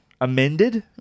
amended